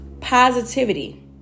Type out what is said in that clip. positivity